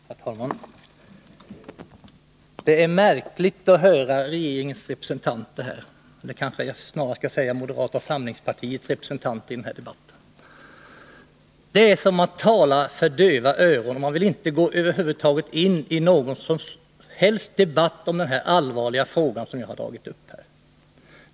Herr talman! Det är märkligt att höra regeringens representanter — eller jag skall kanske snarare säga moderata samlingspartiets representant — i den här debatten. Det är som om jag talade för döva öron. Man vill inte gå in på någon som helst debatt om den allvarliga fråga som jag har tagit upp.